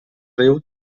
riu